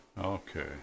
Okay